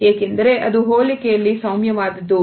ಏಕೆಂದರೆ ಅದು ಹೋಲಿಕೆಯಲ್ಲಿ ಸೌಮ್ಯ ವಾದದ್ದು